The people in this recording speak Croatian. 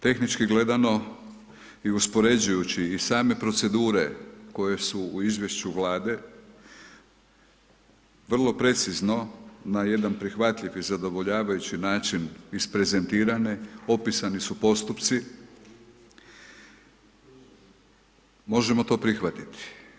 Tehnički gledano i uspoređujući i same procedure koje su u izvješću Vlade vrlo precizno na jedan prihvatljiv i zadovoljavajući način iz prezentirane opisani su postupci, možemo to prihvatit.